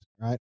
Right